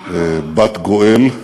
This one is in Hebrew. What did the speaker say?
בת גאל,